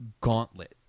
gauntlet